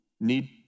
need